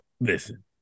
Listen